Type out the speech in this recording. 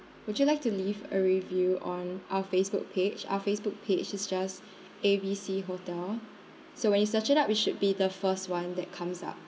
would you like to leave a review on our Facebook page our Facebook page is just A_B_C hotel so when you search it up it should be the first [one] that comes up